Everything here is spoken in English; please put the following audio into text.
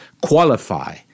qualify